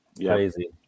Crazy